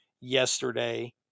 yesterday